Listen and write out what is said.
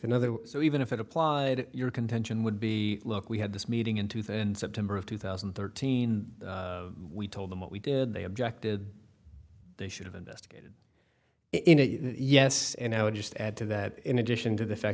another so even if it applied your contention would be look we had this meeting in two thousand and september of two thousand and thirteen we told them what we did they objected they should have investigated it yes and i would just add to that in addition to the fact